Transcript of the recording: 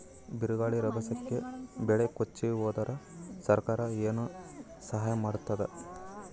ಬಿರುಗಾಳಿ ರಭಸಕ್ಕೆ ಬೆಳೆ ಕೊಚ್ಚಿಹೋದರ ಸರಕಾರ ಏನು ಸಹಾಯ ಮಾಡತ್ತದ?